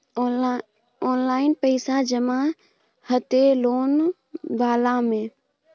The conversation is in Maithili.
ऑनलाइन पैसा जमा हते लोन वाला में?